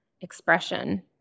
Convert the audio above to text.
expression